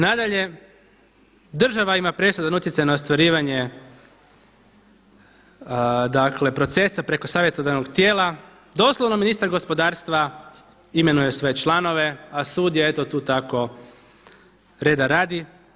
Nadalje, država ima presudan utjecaj na ostvarivanje procesa preko Savjetodavnog tijela, doslovno ministar gospodarstva imenuje sve članove, a sud je eto tu tako reda radi.